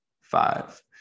five